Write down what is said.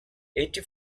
eighty